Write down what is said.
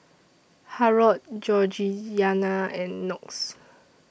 Harrold Georgianna and Knox